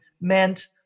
meant